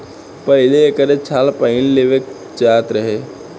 पहिले एकरे छाल पहिन लेवल जात रहे